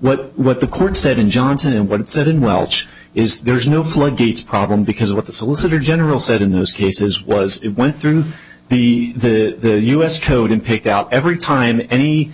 what what the court said in johnson and what it said in welsh is there's no floodgates problem because what the solicitor general said in those cases was it went through the the u s code and picked out every time any